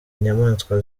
nyamaswa